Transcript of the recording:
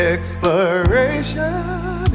Exploration